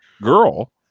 girl